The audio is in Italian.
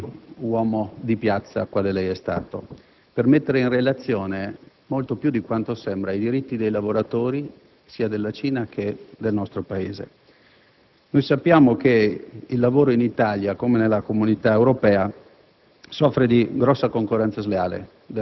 Ministro D'Alema, mi rivolgo a lei anche in qualità di uomo di piazza, quale lei è stato, per mettere in relazione molto più di quanto sembra i diritti dei lavoratori della Cina e quelli dei